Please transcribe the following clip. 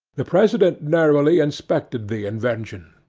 the president narrowly inspected the invention,